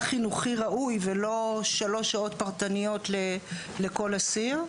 חינוכי ראוי ולא שלוש שעות פרטניות לכל אסיר.